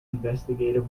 investigative